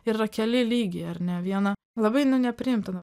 ir yra keli lygiai ar ne vieną labai na nepriimtina